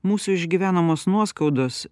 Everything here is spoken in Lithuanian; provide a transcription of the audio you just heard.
mūsų išgyvenamos nuoskaudos